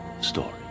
story